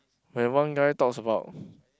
when one guy talks about